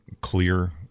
clear